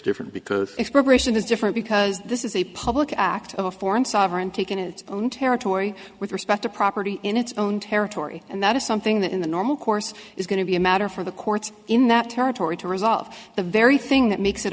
different because it's preparation is different because this is a public act of a foreign sovereign taken to its own territory with respect to property in its own territory and that is something that in the normal course is going to be a matter for the courts in that territory to resolve the very thing that makes it